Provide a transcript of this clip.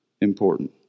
important